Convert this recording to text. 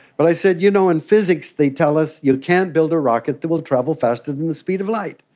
but i said, you know, in physics they tell us you can't build a rocket that will travel faster than the speed of light.